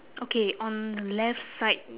okay on left side